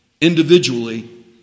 individually